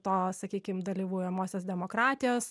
to sakykim dalyvaujamosios demokratijos